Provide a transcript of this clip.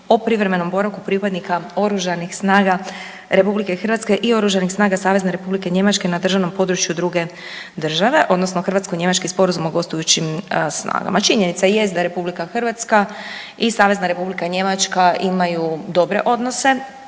o privremenom boravku pripadnika oružanih snaga Republike Hrvatske i oružanih snaga Savezne Republike Njemačke na državnom području druge države, odnosno hrvatsko-njemački sporazum o gostujućim snagama. Činjenica jest da Republika Hrvatska i Savezna Republika Njemačka imaju dobre odnose,